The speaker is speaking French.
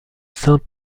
saint